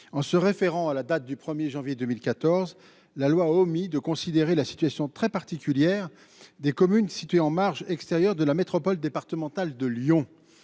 en se référant à la date du 1er janvier 2014 la loi omis de considérer la situation très particulière des communes situées en marge extérieure de la métropole départemental de Lyon,